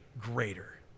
greater